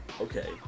okay